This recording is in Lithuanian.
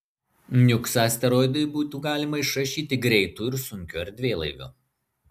niuksą asteroidui būtų galima išrašyti greitu ir sunkiu erdvėlaiviu